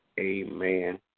Amen